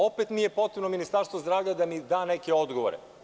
Opet je potrebno da Ministarstvo zdravlja da neke odgovore.